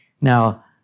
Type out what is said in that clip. Now